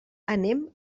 anem